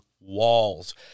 walls